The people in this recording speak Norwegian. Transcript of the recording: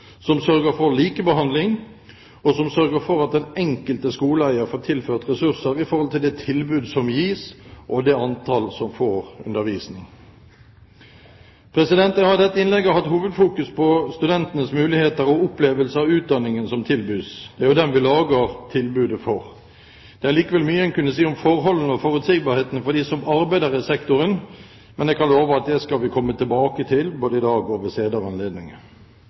som sørger for likebehandling, og som sørger for at den enkelte skoleeier får tilført ressurser i forhold til det tilbud som gis, og det antall som får undervisning. Jeg har i dette innlegget hatt hovedfokus på studentenes muligheter og opplevelse av utdanningen som tilbys. Det er jo dem vi lager tilbudet for! Det er likevel mye en kunne si om forholdene og forutsigbarheten for dem som arbeider i sektoren, men jeg kan love at det skal vi komme tilbake til både i dag og ved